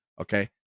Okay